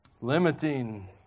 limiting